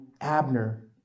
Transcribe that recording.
Abner